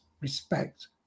respect